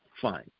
fine